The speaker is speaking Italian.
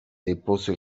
depose